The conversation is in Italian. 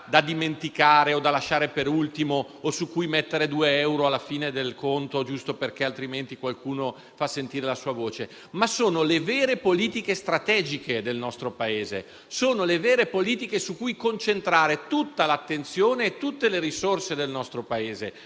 da dimenticare o da lasciare per ultimo o su cui spendere due euro alla fine del conto giusto perché, altrimenti, qualcuno fa sentire la sua voce, ma sono le vere politiche strategiche del nostro Paese. Sono le vere politiche su cui concentrare tutta l'attenzione e tutte le risorse del nostro Paese,